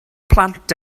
plant